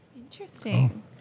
Interesting